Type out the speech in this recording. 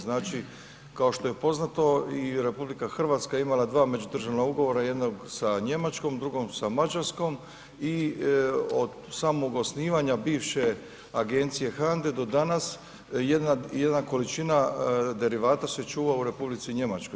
Znači kao što je poznato i RH je imala dva međudržavna ugovora jednog sa Njemačkom, drugom sa Mađarskom i od samog osnivanja bivše agencije HANDA-e do danas jedna količina derivata se čuva u Republici Njemačkoj.